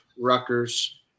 Rutgers